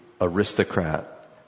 aristocrat